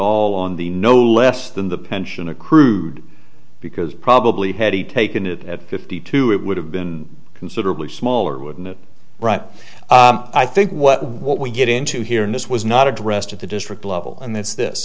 all on the no less than the pension accrued because probably had he taken it at fifty two it would have been considerably smaller wouldn't it right i think what what we get into here and this was not addressed at the district level and that's this